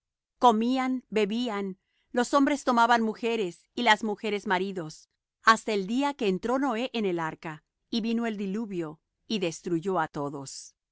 comían bebían los hombres tomaban mujeres y las mujeres maridos hasta el día que entró noé en el arca y vino el diluvio y destruyó á todos